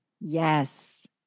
Yes